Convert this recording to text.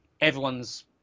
everyone's